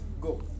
go